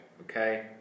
Okay